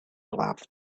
loved